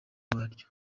waryo